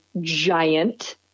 giant